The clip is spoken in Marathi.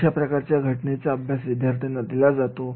अशा प्रकारचा घटनेचा अभ्यास विद्यार्थ्यांना दिला जातो